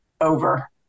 over